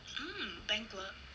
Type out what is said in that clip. hmm banquet